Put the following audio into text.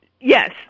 yes